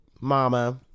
mama